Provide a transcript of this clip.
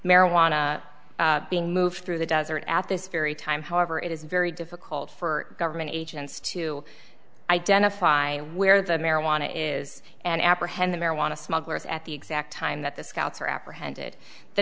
marijuana being moved through the desert at this very time however it is very difficult for government agents to identify where the marijuana is and apprehend the marijuana smugglers at the exact time that the scouts were apprehended the